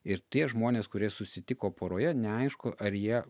ir tie žmonės kurie susitiko poroje neaišku ar jie